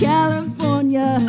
California